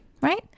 Right